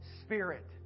spirit